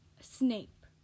Snape